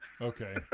Okay